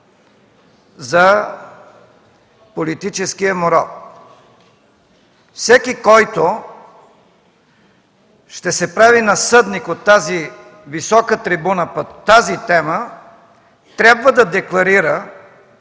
за политическия морал. Всеки, който ще се прави на съдник от тази висока трибуна по тази тема, трябва да декларира